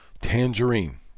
Tangerine